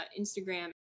Instagram